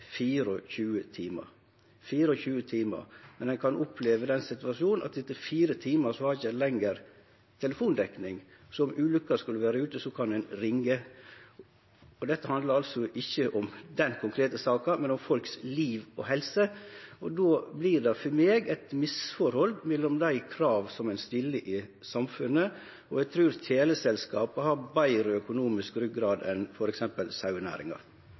timar. Men ein kan oppleve den situasjonen at ein etter fire timar ikkje lenger har telefondekning, så om ulykka skulle vere ute, kan ein ikkje ringje. Dette dømet handlar ikkje om den konkrete saka, som gjeld folks liv og helse. Men det vert for meg eit misforhold mellom dette og dei krava ein stiller til samfunnet. Eg trur teleselskapa har ein betre økonomisk ryggrad enn f.eks. sauenæringa.